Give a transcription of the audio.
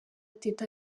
teta